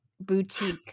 boutique